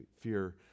fear